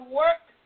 work